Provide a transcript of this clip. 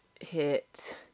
hit